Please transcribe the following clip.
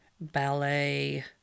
ballet